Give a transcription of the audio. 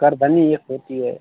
करधनी एक होती है